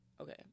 Okay